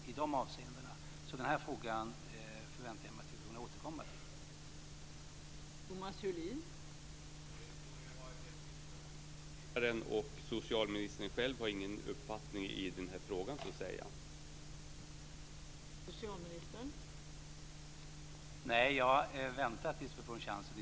Vi avgör ju inte allt på alkoholpolitikens område genom det beslut som ska fattas i dag.